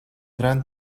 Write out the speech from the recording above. gran